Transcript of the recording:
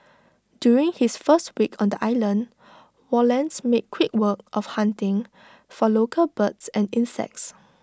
during his first week on the island Wallace made quick work of hunting for local birds and insects